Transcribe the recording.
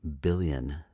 billion